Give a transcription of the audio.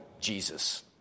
Jesus